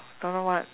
don't know what